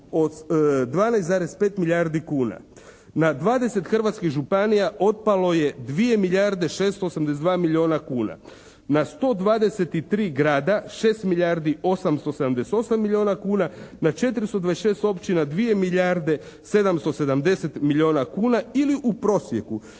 12,5 milijardi kuna na 20 hrvatskih županija otpalo je dvije milijarde 682 milijuna kuna. Na 123 grada 6 milijardi 878 milijuna kuna. Na 426 općina dvije milijarde 770 milijuna kuna ili u prosjeku